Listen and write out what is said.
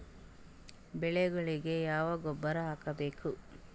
ಬೆಳಿಗೊಳಿಗಿ ಯಾಕ ಗೊಬ್ಬರ ಹಾಕಬೇಕು?